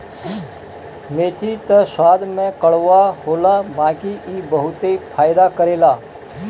मेथी त स्वाद में कड़वा होला बाकी इ बहुते फायदा करेला